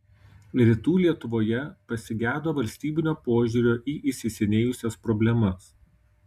rytų lietuvoje pasigedo valstybinio požiūrio į įsisenėjusias problemas